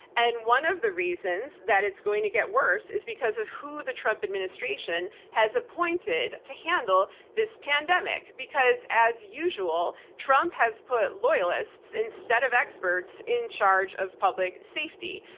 and one of the reasons that it's going to get worse is because of who the trump administration has appointed to handle this pandemic. because as usual, trump has put loyalists instead of experts in charge of public safety.